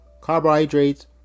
carbohydrates